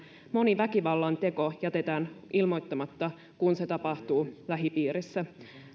moni väkivallanteko jätetään ilmoittamatta kun se tapahtuu lähipiirissä